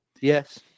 Yes